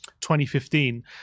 2015